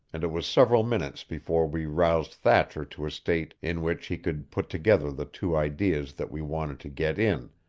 and it was several minutes before we roused thatcher to a state in which he could put together the two ideas that we wanted to get in,